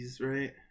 right